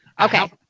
Okay